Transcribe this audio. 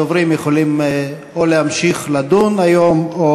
הדוברים יכולים או להמשיך לדון היום או